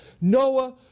Noah